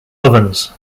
ovens